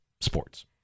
sports